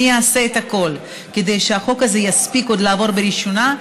אני אעשה את הכול כדי שהחוק הזה יספיק עוד לעבור בראשונה,